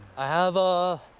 i have a